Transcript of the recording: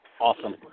Awesome